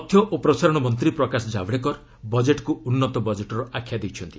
ତଥ୍ୟ ଓ ପ୍ରସାରଣ ମନ୍ତ୍ରୀ ପ୍ରକାଶ ଜାଭଡେକର ବଜେଟ୍କୁ ଉନ୍ନତ ବଜେଟ୍ର ଆଖ୍ୟା ଦେଇଛନ୍ତି